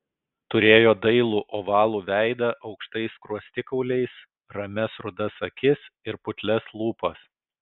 turėjo dailų ovalų veidą aukštais skruostikauliais ramias rudas akis ir putlias lūpas